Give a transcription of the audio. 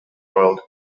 world